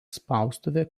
spaustuvė